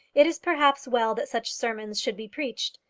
it is, perhaps, well that such sermons should be preached.